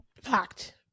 Fact